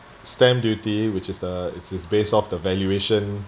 stamp duty which is the uh it's base of the valuation